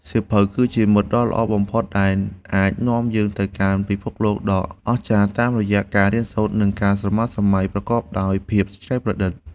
សៀវភៅ គឺជាមិត្តដ៏ល្អបំផុតដែលអាចនាំយើងទៅកាន់ពិភពលោកដ៏អស្ចារ្យតាមរយៈការរៀនសូត្រ និងការស្រមើស្រមៃប្រកបដោយភាពច្នៃប្រឌិត។